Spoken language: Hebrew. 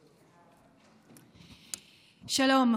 שלום.